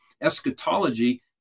eschatology